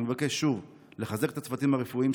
אני מבקש שוב לחזק את הצוותים הרפואיים,